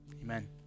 Amen